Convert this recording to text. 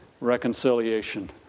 reconciliation